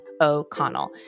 O'Connell